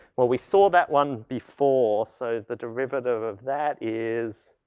well, we saw that one before, so, the derivative of that is